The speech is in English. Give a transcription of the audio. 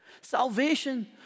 Salvation